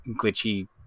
glitchy